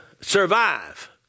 survive